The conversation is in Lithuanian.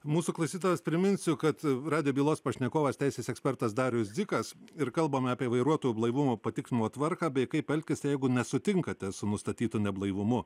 mūsų klausytojams priminsiu kad radijo bylos pašnekovas teisės ekspertas darius dzikas ir kalbame apie vairuotojų blaivumo patikrinimo tvarką bei kaip elgtis jeigu nesutinkate su nustatytu neblaivumu